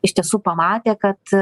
iš tiesų pamatė kad